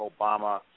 Obama